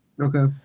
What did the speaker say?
Okay